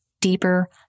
deeper